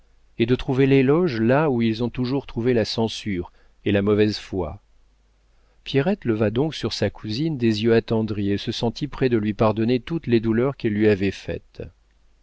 est de trouver l'éloge là où ils ont toujours trouvé la censure et la mauvaise foi pierrette leva donc sur sa cousine des yeux attendris et se sentit près de lui pardonner toutes les douleurs qu'elle lui avait faites